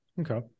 okay